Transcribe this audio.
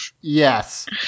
Yes